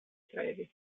trevi